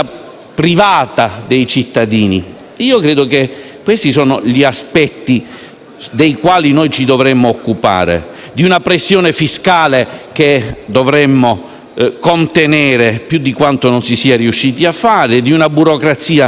privata dei cittadini. Credo che questi siano gli aspetti dei quali ci dovremmo occupare, insieme alla pressione fiscale che dovremmo contenere più di quanto non si sia riuscito a fare, alla burocrazia